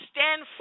Stand